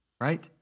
right